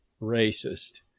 racist